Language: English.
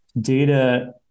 data